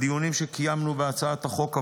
בדיונים שקיימנו בהצעת החוק,